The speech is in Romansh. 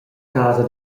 casa